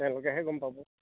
তেওঁলোকেহে গম পাব